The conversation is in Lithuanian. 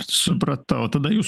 supratau tada jūs